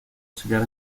auxiliar